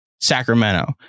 Sacramento